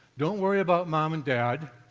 don't worry about mom and dad.